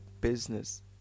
business